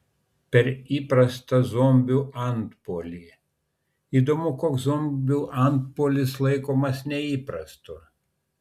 per įprastą zombių antpuolį įdomu koks zombių antpuolis laikomas neįprastu